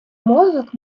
мозок